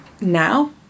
now